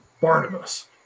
Barnabas